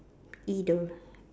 either